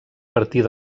partir